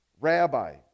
rabbi